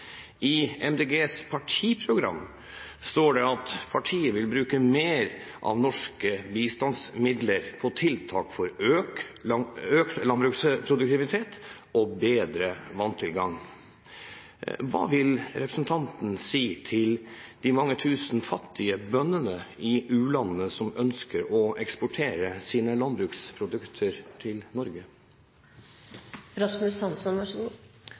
I MDGs partiprogram står det at partiet vil bruke «mer av norske bistandsmidler på tiltak for økt landbruksproduktivitet og bedre vanntilgang». Hva vil representanten si til de mange tusen fattige bøndene i u-landene som ønsker å eksportere sine landbruksprodukter til